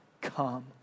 come